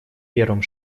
первым